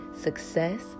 success